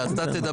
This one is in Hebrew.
גם אתה תדבר.